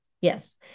Yes